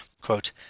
Quote